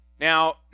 Now